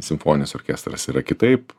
simfoninis orkestras yra kitaip